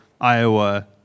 Iowa –